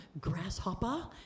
grasshopper